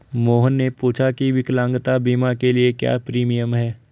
मोहन ने पूछा की विकलांगता बीमा के लिए क्या प्रीमियम है?